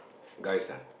guys ah